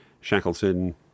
Shackleton